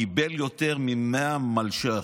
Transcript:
קיבל יותר מ-100 מיליון שקלים.